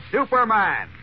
Superman